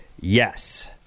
yes